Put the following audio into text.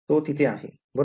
तू तिथे आहे बरोबर